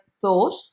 thought